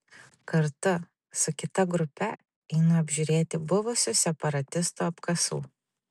kartu su kita grupe einu apžiūrėti buvusių separatistų apkasų